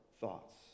thoughts